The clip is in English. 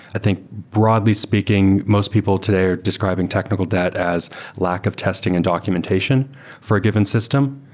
i think, broadly speaking, most people today are describing technical debt as lack of testing and documentation for a given system.